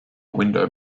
window